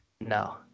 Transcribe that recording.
No